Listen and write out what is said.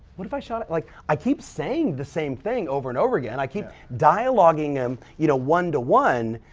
what if i shot it like i keep saying the same thing over and over again. i keep dialoguing them you know one to one,